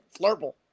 flurple